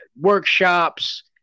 workshops